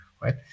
right